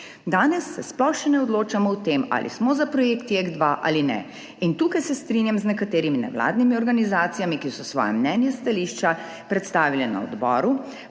Danes se sploh še ne odločamo o tem, ali smo za projekt JEK2 ali ne. Tukaj se strinjam z nekaterimi nevladnimi organizacijami, ki so svoje mnenje in stališča predstavile na odboru,